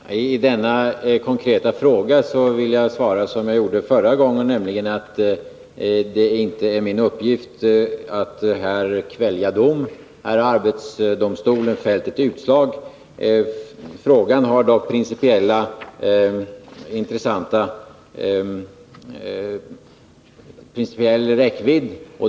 Herr talman! I denna konkreta fråga vill jag svara som jag gjorde förra gången, nämligen att min uppgift här inte är att kvälja dom. Här har arbetsdomstolen fällt ett utslag. Frågan har dock principiell räckvidd.